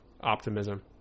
optimism